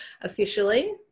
officially